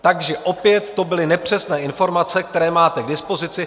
Takže opět to byly nepřesné informace, které máte k dispozici.